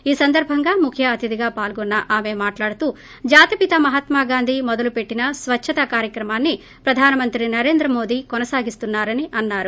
ఈ సందర్భంగా ముఖ్య అతిధిగా పాల్గొన్న ఆమె మాట్లాడుతూ జాతిపిత మహాత్గాగాంధీ మొదలుపెట్టిన స్వచ్చత కార్యక్రమాన్సి ప్రధానమంత్రి నరేంద్ర మోదీ కొనసాగిస్తున్నారని అన్నారు